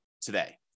today